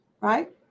Right